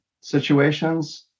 situations